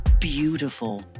beautiful